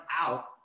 out